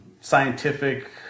scientific